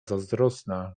zazdrosna